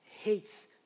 hates